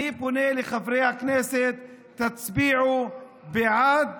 אני פונה לחברי הכנסת: תצביעו בעד